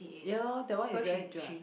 yeah lor that one is very dry